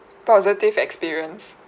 positive experience